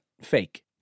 fake